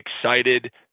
Excited